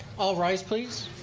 all rise, please.